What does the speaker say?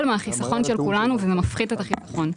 מהחיסכון של כולנו וזה מפחית את החיסכון.